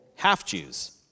half-Jews